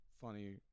funny